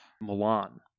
Milan